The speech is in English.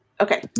Okay